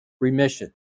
remission